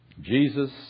Jesus